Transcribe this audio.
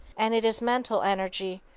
and it is mental energy,